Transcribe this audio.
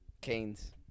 Cane's